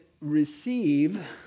receive